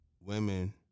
women